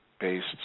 based